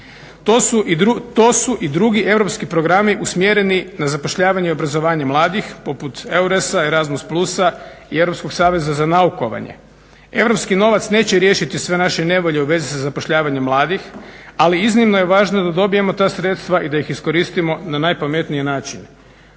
To su i drugi europski programi usmjereni na zapošljavanje i obrazovanje mladih poput EURESA i Razmus Plusa i Europskog saveza za naukovanje. Europski novac neće riješiti sve naše nevolje u vezi sa zapošljavanjem mladih, ali iznimno je važno da dobijemo ta sredstva i da ih iskoristimo na najpametniji način,